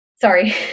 sorry